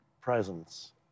presence